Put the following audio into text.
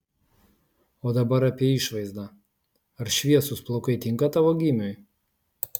o dabar apie išvaizdą ar šviesūs plaukai tinka tavo gymiui